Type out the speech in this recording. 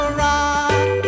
rock